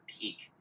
peak